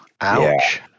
Ouch